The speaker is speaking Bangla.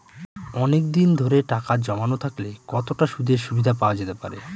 অনেকদিন ধরে টাকা জমানো থাকলে কতটা সুদের সুবিধে পাওয়া যেতে পারে?